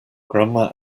grandma